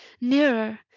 nearer